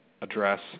address